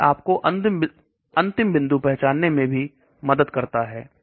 यह आपको अंतिम बिंदु पहुंचाने में भी मदद करता है